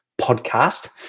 podcast